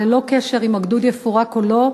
ללא קשר אם הגדוד יפורק או לא.